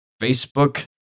facebook